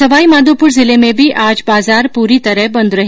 सवाई माधोपुर जिले में भी आज बाजार पूरी तरह बंद रहे